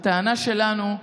הטענה שלנו,